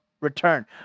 return